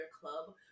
club